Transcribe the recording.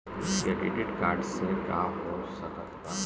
Credit card से का हो सकइत बा?